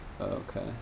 okay